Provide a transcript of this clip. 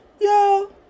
yo